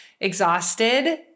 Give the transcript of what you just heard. exhausted